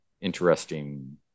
interesting